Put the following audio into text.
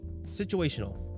situational